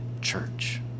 church